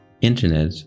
internet